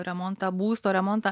remontą būsto remontą